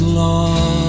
lost